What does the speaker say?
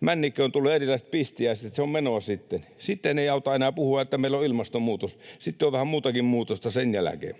männikköön tulee erilaiset pistiäiset. Se on menoa sitten. Sitten ei auta enää puhua, että meillä on ilmastonmuutos. Sitten on vähän muutakin muutosta sen jälkeen.